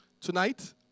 Tonight